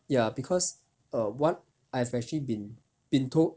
ya because err what I've actually been been told